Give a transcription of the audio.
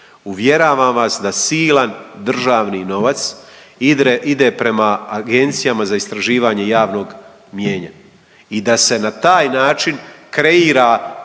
Uvjeravam vas da silan državni novac ide, ide prema agencijama za istraživanja javnog mnijenja i da se na taj način kreira